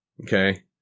okay